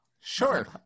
Sure